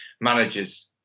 managers